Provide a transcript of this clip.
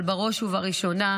אבל בראש ובראשונה,